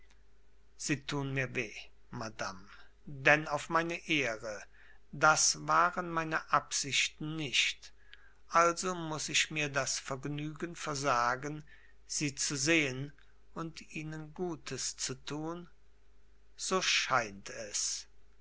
sie tun mir weh madame denn auf meine ehre das waren meine absichten nicht also muß ich mir das vergnügen versagen sie zu sehen und ihnen gutes zu tun so scheint es